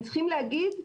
הם צריכים להגיד,